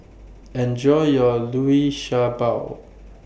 Enjoy your Liu Sha Bao